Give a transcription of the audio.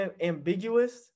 ambiguous